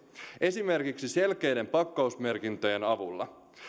esimerkiksi selkeiden pakkausmerkintöjen avulla